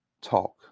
talk